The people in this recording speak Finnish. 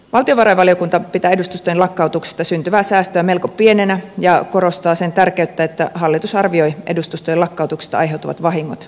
valtiovarainvaliokunta pitää edustustojen lakkautuksista syntyvää säästöä melko pienenä ja korostaa sen tärkeyttä että hallitus arvioi edustustojen lakkautuksista aiheutuvat vahingot